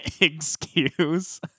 excuse